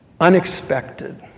unexpected